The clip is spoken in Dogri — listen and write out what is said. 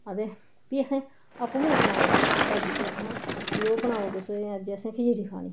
आ ते फ्ही असें आपूं गै आखना भाभी गी आखना ओह् बनाओ तुसें अज्ज असें खिचड़ी खानी